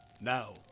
Now